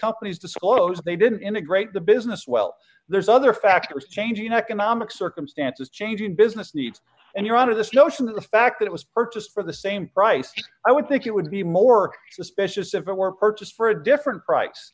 companies disclose they didn't integrate the business well there's other factors changing economic circumstances changing business needs and you're on to this notion of the fact that it was purchased for the same price i would think it would be more suspicious if it were purchased for a different price